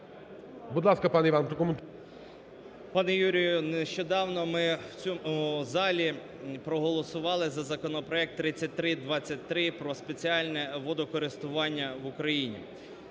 16:26:51 РИБАК І.П. Пане Юрію, нещодавно ми в цьому залі проголосували за законопроект 3323: про спеціальне водокористування в Україні.